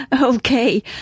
Okay